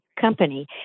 company